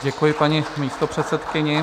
Děkuji paní místopředsedkyni.